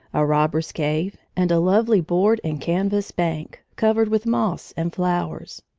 a robber's cave, and a lovely board and canvas bank, covered with moss and flowers.